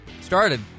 Started